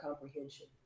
comprehension